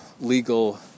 legal